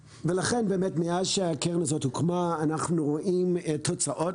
מאז שהקרן הזאת הוקמה אנחנו רואים תוצאות.